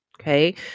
Okay